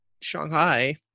Shanghai